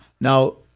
Now